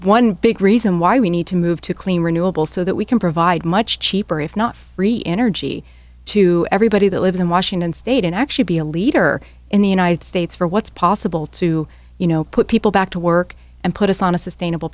one big reason why we need to move to clean renewable so that we can provide much cheaper if not free energy to everybody that lives in washington state and actually be a leader in the united states for what's possible to you know put people back to work and put us on a sustainable